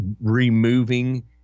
removing